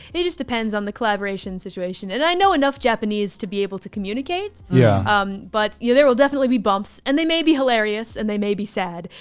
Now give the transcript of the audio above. it just depends on the collaboration situation. and i know enough japanese to be able to communicate, yeah um but yeah there will definitely be bumps and they may be hilarious and they may be sad.